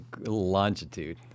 longitude